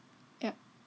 yep